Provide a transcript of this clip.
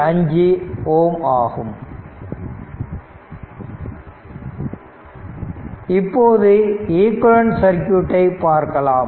5 Ω ஆகும் இப்போது ஈக்விவலெண்ட் சர்க்யூட்டை பார்க்கலாம்